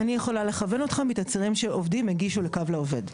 אני יכולה לכוון אותך מתצהירים שעובדים הגישו מקו לעובד.